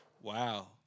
wow